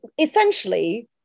essentially